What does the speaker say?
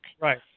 right